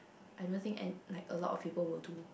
I don't think an like a lot of people will do